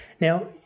Now